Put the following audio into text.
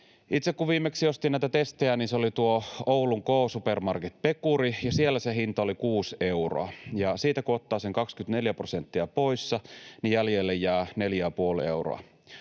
Itse kun viimeksi ostin näitä testejä, niin se oli tuo Oulun K-supermarket Pekuri, ja siellä se hinta oli kuusi euroa, ja siitä kun ottaa sen 24 prosenttia pois, niin jäljelle jää neljä